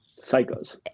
psychos